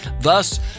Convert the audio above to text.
Thus